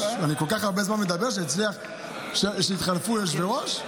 אני כל כך הרבה זמן מדבר שהתחלפו יושבי-ראש?